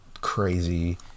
crazy